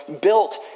built